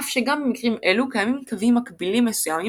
אף שגם במקרים אלו קיימים קווים מקבילים מסוימים